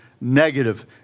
negative